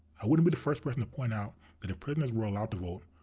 i wouldn't be the first person to point out that if prisoners were allowed to vote,